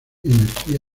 energía